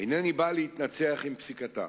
אינני בא להתנצח עם פסיקתה,